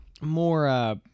more